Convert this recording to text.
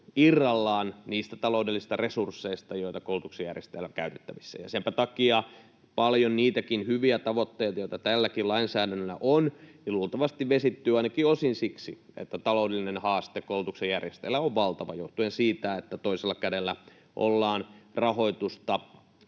irrallaan niistä taloudellisista resursseista, joita koulutuksen järjestäjällä on käytettävissä, ja senpä takia paljon niitäkin hyviä tavoitteita, joita tälläkin lainsäädännöllä on, luultavasti vesittyy ainakin osin siksi, että koulutuksen järjestäjällä on valtava taloudellinen haaste johtuen siitä, että toisella kädellä ollaan rahoitusta